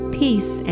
peace